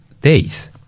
days